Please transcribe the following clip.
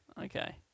Okay